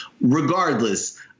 regardless